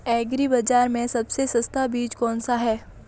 Agree बाज़ार में सबसे सस्ता बीज कौनसा है?